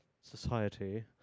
society